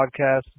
podcast